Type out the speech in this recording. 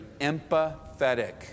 empathetic